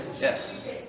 Yes